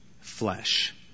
flesh